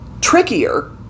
Trickier